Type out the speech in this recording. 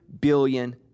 billion